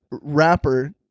rapper